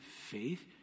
faith